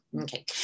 Okay